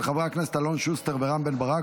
של חברי הכנסת אלון שוסטר ורם בן ברק,